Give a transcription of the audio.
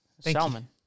Salmon